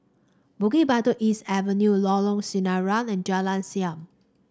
Bukit Batok East Avenue Lorong Sinaran and Jalan Siap